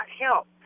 help